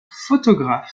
photographe